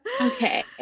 Okay